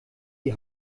die